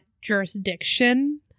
jurisdiction